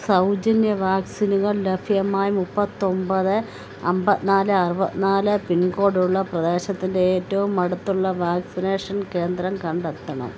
സൗജന്യ വാക്സിനുകൾ ലഭ്യമായ മുപ്പത്തൊൻപത് അൻപത്തി നാല് അറുപത്തി നാല് പിൻകോഡുള്ള പ്രദേശത്തിൻ്റെ ഏറ്റവും അടുത്തുള്ള വാക്സിനേഷൻ കേന്ദ്രം കണ്ടെത്തണം